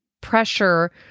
pressure